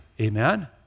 Amen